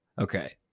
Okay